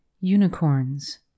Unicorns